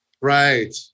Right